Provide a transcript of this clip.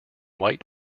white